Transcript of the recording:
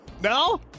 No